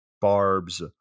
Barb's